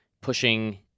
pushing